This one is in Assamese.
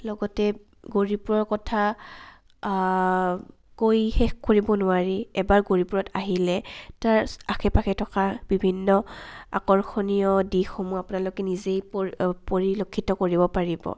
লগতে গৌৰীপুৰৰ কথা কৈ শেষ কৰিব নোৱাৰি এবাৰ গৌৰীপুৰত আহিলে তাৰ আশে পাশে থকা বিভিন্ন আকৰ্ষণীয় দিশসমূহ আপোনালোকে নিজেই পৰি পৰিলক্ষিত কৰিব পাৰিব